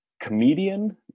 comedian